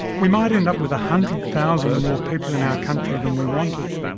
we might end up with a hundred thousand more people in our country than we wanted.